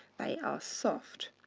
they are soft.